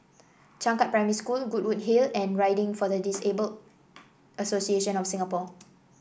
Changkat Primary School Goodwood Hill and Riding for the Disabled Association of Singapore